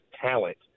talent